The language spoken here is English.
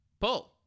pull